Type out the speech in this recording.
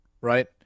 right